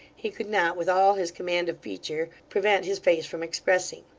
he could not, with all his command of feature, prevent his face from expressing.